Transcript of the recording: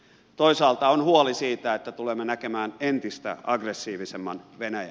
toisaalta on huoli siitä että tulemme näkemään entistä aggressiivisemman venäjän